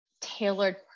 tailored